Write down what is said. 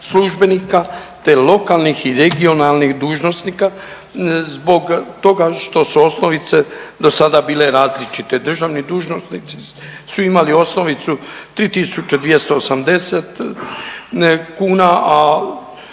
te lokalnih i regionalnih dužnosnika zbog toga što su osnovice do sada bile različite. Državni dužnosnici su imali osnovicu 3280 kuna,